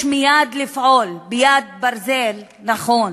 יש לפעול מייד, ביד ברזל, נכון,